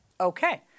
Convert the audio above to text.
Okay